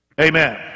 Amen